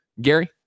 Gary